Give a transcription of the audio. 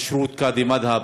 לכשרות קאדי מד'הב,